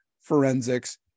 forensics